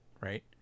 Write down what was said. right